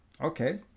Okay